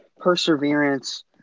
perseverance